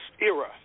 era